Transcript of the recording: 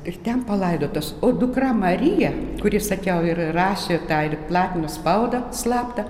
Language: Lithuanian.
ir ten palaidotas o dukra marija kuri sakiau ir rašė tą ir platino spaudą slaptą